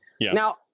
Now